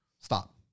stop